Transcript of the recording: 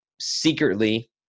secretly